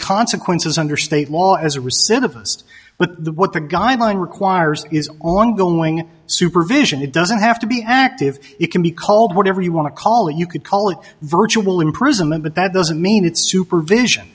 consequences under state law as a result of us but the what the guideline requires is ongoing supervision it doesn't have to be active it can be called whatever you want to call it you could call it virtual imprisonment but that doesn't mean it's supervision